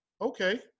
okay